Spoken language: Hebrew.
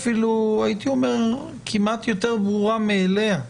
היא אפילו יותר ברורה מאליה.